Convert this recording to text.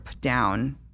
down